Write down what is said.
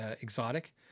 exotic